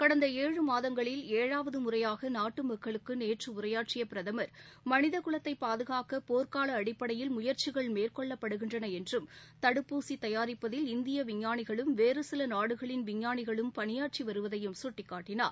கடந்த ஏழு மாதங்களில் ஏழாவது முறையாக நாட்டு மக்களுக்கு நேற்று உரையாற்றி பிரதமா் மனித குலத்தை பாதுகாக்க போர்க்கால அடிப்படையில் முயந்சிகள் மேற்கொள்ளப்படுகின்றன என்றும் தடுப்பூசி தயாரிப்பதில் இந்திய விஞ்ஞானிகளும் வேறு சில நாடுகளின் விஞ்ஞானிகளும் பணியாற்றி வருவதை சுட்டிக்காட்டினார்